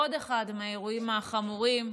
עוד אחד מהאירועים החמורים,